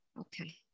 Okay